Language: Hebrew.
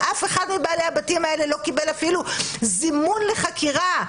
כשאף אחד מבעלי הבתים האלה לא קיבלו אפילו זימון לחקירה?